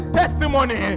testimony